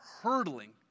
hurtling